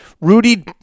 Rudy